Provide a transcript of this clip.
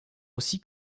aussi